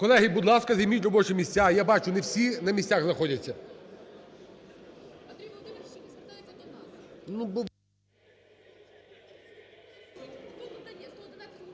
Колеги, будь ласка, займіть робочі місця, я бачу, не всі на місцях знаходяться.